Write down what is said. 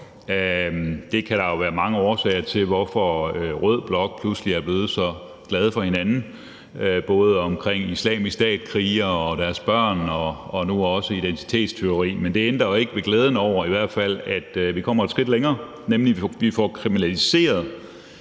kan der jo være mange årsager til, altså hvorfor man i rød blok pludselig er blevet så glad for hinanden, både i forhold til Islamisk Stat-krigere og deres børn og nu også identitetstyveri. Men det ændrer jo i hvert fald ikke ved glæden over, at vi kommer et skridt længere, nemlig at vi får kriminaliseret